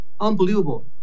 Unbelievable